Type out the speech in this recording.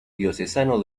diocesano